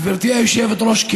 גברתי היושבת-ראש,